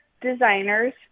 designers